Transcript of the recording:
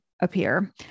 appear